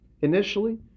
initially